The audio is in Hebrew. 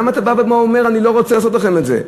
למה אתה בא ואומר: אני לא רוצה לעשות לכם את זה?